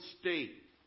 state